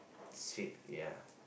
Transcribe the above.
sweet ya